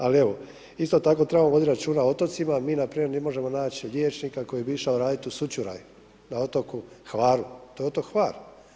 Ali evo, isto tako treba voditi računa o otocima, mi npr. ne možemo naći liječnika koji bi išao raditi u Sučuraj da otoku Hvaru, to je otok Hvar.